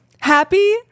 Happy